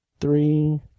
three